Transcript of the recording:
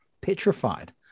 petrified